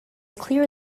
clear